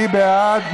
מי בעד?